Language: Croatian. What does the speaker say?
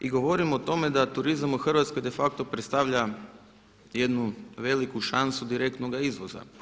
I govorimo o tome da turizam u Hrvatskoj de facto predstavlja jednu veliku šansu direktnoga izvoza.